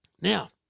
Now